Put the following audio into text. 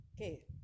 okay